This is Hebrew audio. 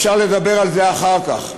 אפשר לדבר על זה אחר כך.